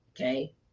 okay